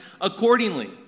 accordingly